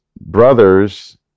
brothers